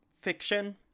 fiction